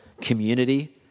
Community